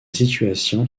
situation